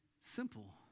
simple